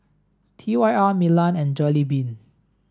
T Y R Milan and Jollibean